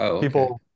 people